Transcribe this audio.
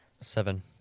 Seven